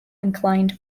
inclined